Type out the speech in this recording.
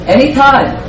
Anytime